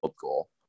goal